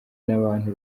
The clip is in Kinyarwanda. n’abantu